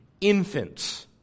infants